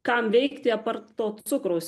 kam veikti apart to cukraus